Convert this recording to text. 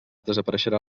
desapareixerà